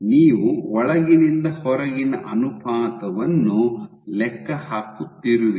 ನೀವು ಒಳಗಿನಿಂದ ಹೊರಗಿನ ಅನುಪಾತವನ್ನು ಲೆಕ್ಕ ಹಾಕುತ್ತಿರುವಿರಿ